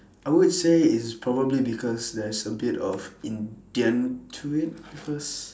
I would say it's probably because there's a bit of indian to it because